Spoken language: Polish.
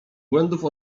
błędów